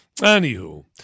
Anywho